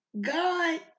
God